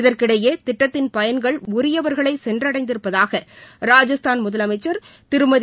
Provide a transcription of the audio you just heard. இதற்கிடையே திட்டத்தின் பயன்கள் உரியவர்களை சென்றடைந்திருப்பதாக ராஜஸ்தான் முதலமைச்சள் திருமதி